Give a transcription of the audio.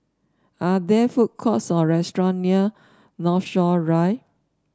are there food courts or restaurant near Northshore Drive